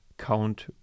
count